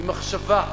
במחשבה.